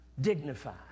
dignified